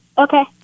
Okay